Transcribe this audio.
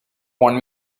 want